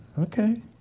Okay